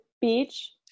beach